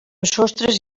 sostres